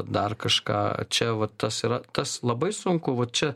dar kažką čia vat tas yra tas labai sunku vat čia